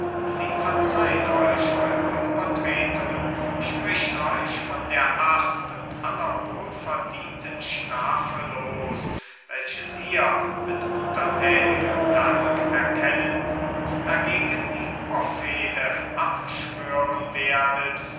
sie verzeiht euch eure übertretungen spricht euch von der acht und aller wohlverdienten strafe los welches ihr mit untertänigem dank erkennen und dagegen die urfehde abschwören werdet